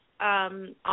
On